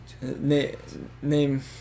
Name